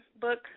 book